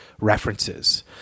references